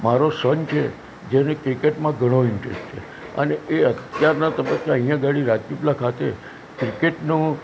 મારો સન છે જેને ક્રિકેટમાં ઘણો ઇન્ટરેસ્ટ છે અને એ અત્યારના તબક્કે અહીંયા આગળ રાજપીપળા ખાતે ક્રિકેટનું